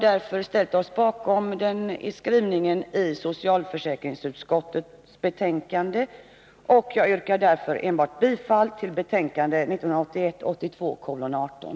Därför ställer vi oss bakom socialförsäkringsutskottets skrivning. Jag yrkar således bifall till utskottets hemställan i dess helhet i socialförsäkringsutskottets betänkande 18.